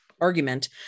argument